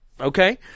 Okay